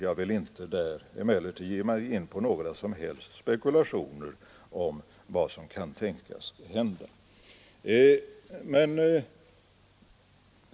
Jag vill emellertid inte ge mig in på några som helst spekulationer om vad som kan tänkas hända.